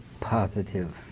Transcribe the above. positive